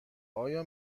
آیا